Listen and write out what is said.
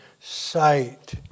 sight